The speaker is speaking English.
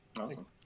Awesome